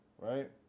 Right